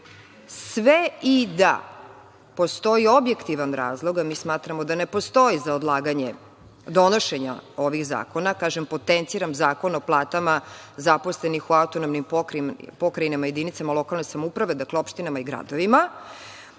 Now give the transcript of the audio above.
i da postoji objektivan razlog, a mi smatramo da ne postoji, za odlaganje donošenja ovih zakona, kažem, potenciram Zakon o platama zaposlenih u autonomnim pokrajinama i jedinicama lokalne samouprave, dakle, opštinama i gradovima,